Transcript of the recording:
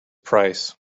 price